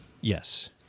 Yes